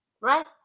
Right